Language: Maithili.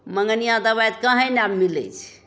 मँगनिआँ दवाइ कहेँ नहि आब मिलै छै